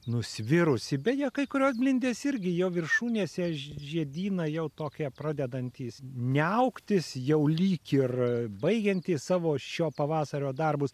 nusvirusi beje kai kurios blindės irgi jo viršūnėse žiedynai jau tokie pradedantys niauktis jau lyg ir baigiantys savo šio pavasario darbus